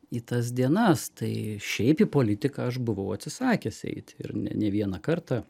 į tas dienas tai šiaip į politiką aš buvau atsisakęs eiti ir ne ne vieną kartą